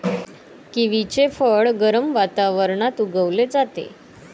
किवीचे फळ गरम वातावरणात उगवले जाते